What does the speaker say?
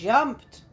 Jumped